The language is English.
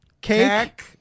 cake